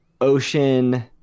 Ocean